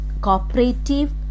cooperative